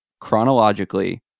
chronologically